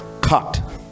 cut